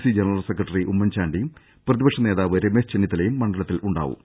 C general secretary ഉമ്മൻചാണ്ടിയും പ്രതി പക്ഷ നേതാവ് രമേശ് ചെന്നിത്തലയും മണ്ഡലത്തിലുണ്ടാ വും